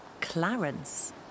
Clarence